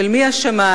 של מי השמים?